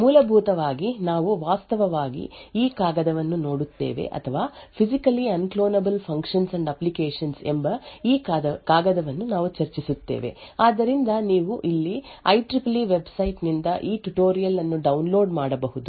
ಮೂಲಭೂತವಾಗಿ ನಾವು ವಾಸ್ತವವಾಗಿ ಈ ಕಾಗದವನ್ನು ನೋಡುತ್ತೇವೆ ಅಥವಾ ಫಿಸಿಕಲಿ ಅನ್ಕ್ಲೋನಬಲ್ ಫಂಕ್ಷನ್ಸ್ ಮತ್ತು ಅಪ್ಲಿಕೇಶನ್ಗಳು "Physically Unclonable Functions and Applications" ಎಂಬ ಈ ಕಾಗದವನ್ನು ನಾವು ಚರ್ಚಿಸುತ್ತೇವೆ ಆದ್ದರಿಂದ ನೀವು ಈ ಐಇಇಇ ವೆಬ್ಸೈಟ್ ನಿಂದ ಈ ಟ್ಯುಟೋರಿಯಲ್ ಅನ್ನು ಡೌನ್ಲೋಡ್ ಮಾಡಬಹುದು